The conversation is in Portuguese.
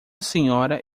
senhora